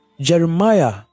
Jeremiah